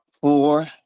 four